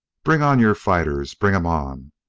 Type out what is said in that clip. bring on your fighters! bring em on!